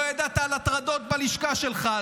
לא ידעת על הטרדות בלשכה שלך,